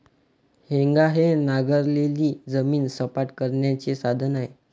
हेंगा हे नांगरलेली जमीन सपाट करण्याचे साधन आहे